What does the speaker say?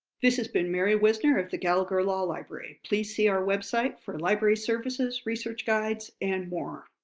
this has been mary whisner of the gallagher law library. please see our website for library services, research guides, and more.